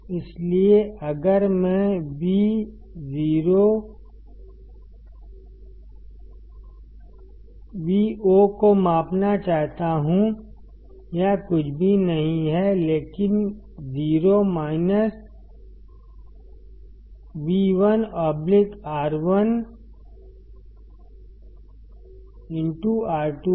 इसलिए अगर मैं Vo को मापना चाहता हूं यह कुछ भी नहीं है लेकिन 0 V1 R1 R2 है